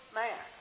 man